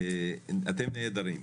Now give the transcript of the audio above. אתם נהדרים.